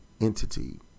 entity